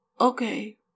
okay